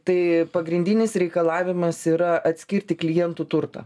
tai pagrindinis reikalavimas yra atskirti klientų turtą